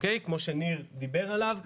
כמו שניר דיבר עליו,